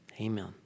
Amen